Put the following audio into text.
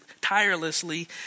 tirelessly